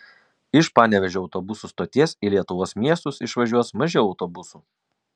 iš panevėžio autobusų stoties į lietuvos miestus išvažiuos mažiau autobusų